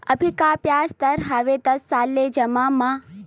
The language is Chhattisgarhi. अभी का ब्याज दर हवे दस साल ले जमा मा?